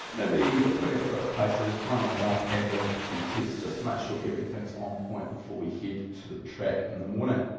and be putting it through its paces, running it up and doing a few tests just to make sure everything's on point before we head to the track in the morning.